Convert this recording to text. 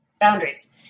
boundaries